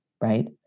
right